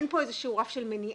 אין פה איזשהו רף של מניעה,